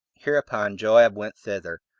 hereupon joab went thither,